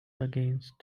against